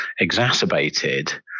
exacerbated